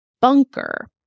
bunker